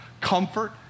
comfort